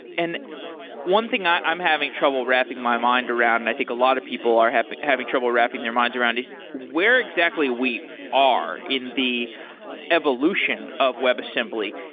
and one thing i'm having trouble wrapping my mind around, and i think a lot of people are happy having trouble wrapping their minds around is where exactly we are in the evolution of webassembly?